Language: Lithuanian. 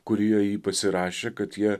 kurie jį pasirašė kad jie